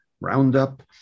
Roundup